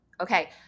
Okay